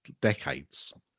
decades